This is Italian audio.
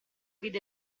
vide